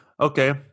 okay